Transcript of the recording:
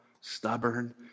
stubborn